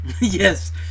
Yes